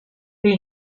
per